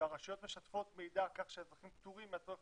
והרשויות משתפות מידע כך שהאזרחים פטורים מהצורך